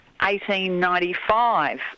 1895